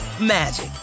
magic